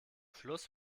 schluss